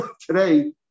today